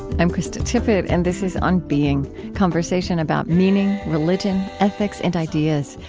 i'm krista tippett and this is on being. conversation about meaning, religion, ethics, and ideas.